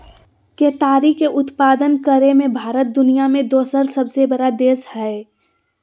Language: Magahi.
केताड़ी के उत्पादन करे मे भारत दुनिया मे दोसर सबसे बड़ा देश हय